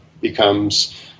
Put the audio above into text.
becomes